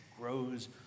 grows